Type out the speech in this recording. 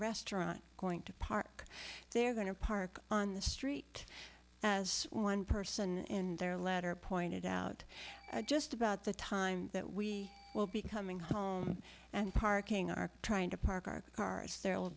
restaurant going to park they're going to park on the street as one person and their latter pointed out just about the time that we will be coming home and parking are trying to